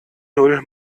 null